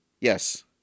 Yes